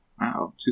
Wow